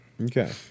Okay